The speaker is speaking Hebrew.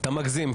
אתה מגזים,